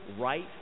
right